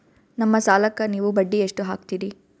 ನಮ್ಮ ಸಾಲಕ್ಕ ನೀವು ಬಡ್ಡಿ ಎಷ್ಟು ಹಾಕ್ತಿರಿ?